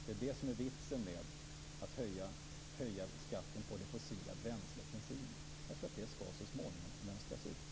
Det är det som är vitsen med att höja skatten på det fossila bränslet bensin. Det skall nämligen så småningom mönstras ut.